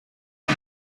was